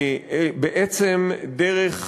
בעצם דרך